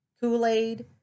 Kool-Aid